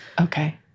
Okay